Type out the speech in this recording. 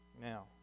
Now